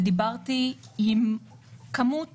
ודיברתי עם כמות